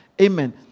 Amen